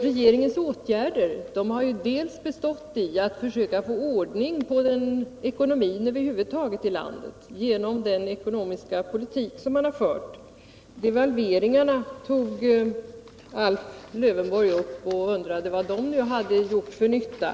Regeringens åtgärder har ju gått ut på att försöka få ordning på ekonomin över huvud taget. Alf Lövenborg undrade vad devalveringarna gjort för nytta.